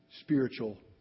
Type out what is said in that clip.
spiritual